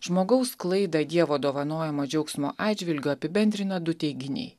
žmogaus klaidą dievo dovanojamo džiaugsmo atžvilgiu apibendrina du teiginiai